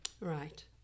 Right